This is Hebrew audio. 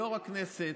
יו"ר הכנסת